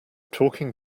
talking